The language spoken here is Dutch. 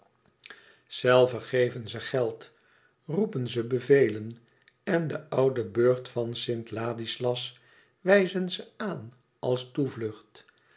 geven ze geld roepen ze bevelen en den ouden burcht van st ladislas wijzen ze aan als